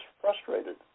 frustrated